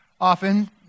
often